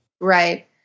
Right